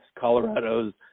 Colorado's